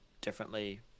differently